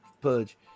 Pudge